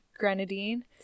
grenadine